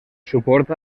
suport